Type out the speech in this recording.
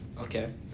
Okay